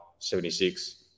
76